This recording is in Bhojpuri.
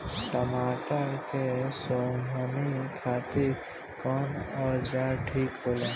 टमाटर के सोहनी खातिर कौन औजार ठीक होला?